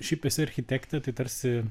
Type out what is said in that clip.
šiaip esi architektė tai tarsi